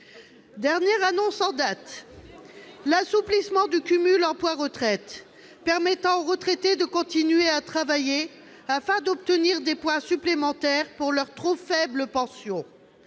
Dernière annonce en date, l'assouplissement des règles de cumul emploi-retraite, permettant aux retraités de continuer de travailler, afin d'obtenir des points supplémentaires pour leur trop faible pension.